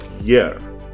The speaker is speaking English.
year